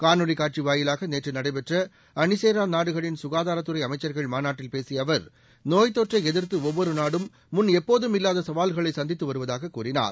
காணொலி காட்சி வாயிலாக நேற்று நடைபெற்ற அணிசேரா நாடுகளின் சுகாதாரத்துறை அமைச்சர்கள் மாநாட்டில் பேசிய அவர்நோய்த்தொற்றை எதிர்த்து ஒவ்வொரு நாடும் முன் எப்போதும் இல்லாத சவால்களை சந்தித்து வருவதாக கூறினார்